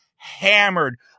hammered